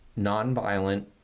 nonviolent